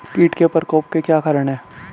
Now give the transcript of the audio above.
कीट के प्रकोप के क्या कारण हैं?